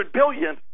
billion